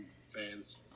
fans